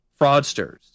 fraudsters